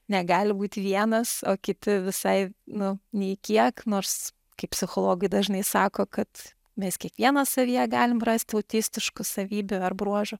negali būti vienas o kiti visai nu nei kiek nors kaip psichologai dažnai sako kad mes kiekvienas savyje galim rasti autistiškų savybių ar bruožų